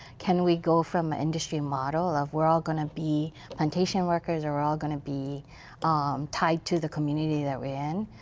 can we go from industry model of we're all going to be plantation workers, all going to be tied to the community that we're in.